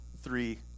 three